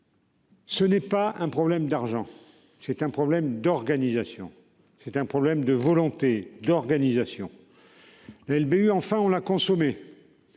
Ce n'est pas un problème d'argent, c'est un problème d'organisation. C'est un problème de volonté, d'organisation. LBU, enfin on l'a consommé.